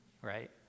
right